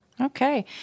Okay